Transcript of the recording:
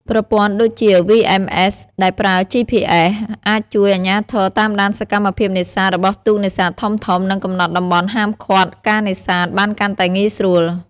ប្រព័ន្ធដូចជា VMS ដែលប្រើ GPS អាចជួយអាជ្ញាធរតាមដានសកម្មភាពនេសាទរបស់ទូកនេសាទធំៗ និងកំណត់តំបន់ហាមឃាត់ការនេសាទបានកាន់តែងាយស្រួល។